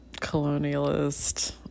colonialist